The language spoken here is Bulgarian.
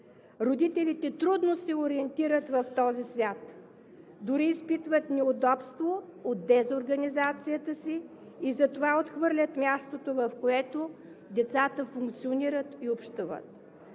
Родителите трудно се ориентират в този свят, дори изпитват неудобство от дезорганизацията си и затова отхвърлят мястото, в което децата функционират и общуват.